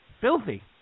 filthy